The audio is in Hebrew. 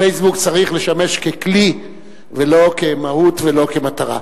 "פייסבוק" צריך לשמש ככלי ולא כמהות ולא כמטרה.